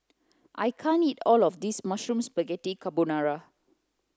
I can't eat all of this Mushroom Spaghetti Carbonara